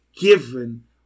given